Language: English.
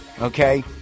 okay